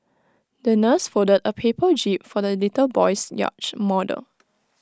the nurse folded A paper jib for the little boy's yacht model